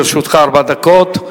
לרשותך ארבע דקות.